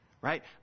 Right